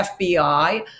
FBI